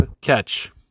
catch